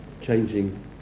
changing